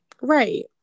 Right